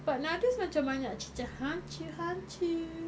but nowadays macam banyak cerita hantu hantu